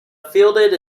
fielded